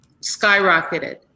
skyrocketed